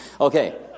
Okay